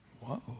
Whoa